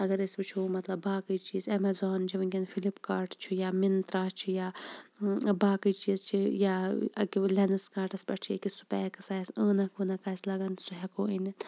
اَگَر أسۍ وُچھو مَطلَب باقٕے چیٖز ایمازان چھُ وُنکیٚن فِلِپ کاٹ چھُ یا مِنترا چھُ یا باقٕے چیٖز چھِ یا لینٕس کاٹَس پیٚٹھ چھُ یِکہِ سپیکٕس آسہِ عٲنَکھ وٲنَکھ آسہِ لاگان سُہ ہیٚکو أنِتھ